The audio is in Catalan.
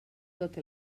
tot